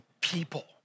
people